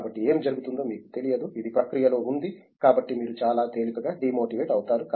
కాబట్టి ఏమి జరుగుతుందో మీకు తెలియదు ఇది ప్రక్రియలో ఉంది కాబట్టి మీరు చాలా తేలికగా డీమోటివేట్ అవుతారు